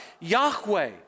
Yahweh